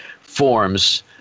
forms